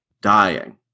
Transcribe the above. dying